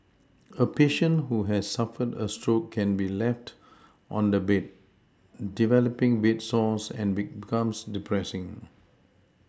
a patient who has suffered a stroke can be left on the bed develoPing bed sores and becomes depressing